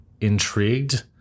intrigued